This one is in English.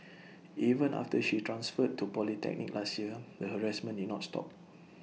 even after she transferred to polytechnic last year the harassment did not stop